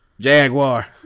Jaguar